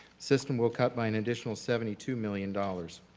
system will cut by an additional seventy two million dollars.